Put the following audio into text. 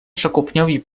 przekupniowi